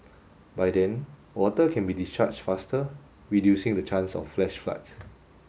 by then water can be discharged faster reducing the chance of flash floods